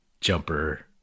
jumper